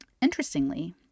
interestingly